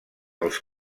els